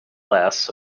lasts